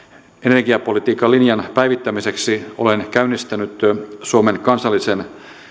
energiapolitiikan linjan päivittämiseksi olen käynnistänyt suomen kansallisen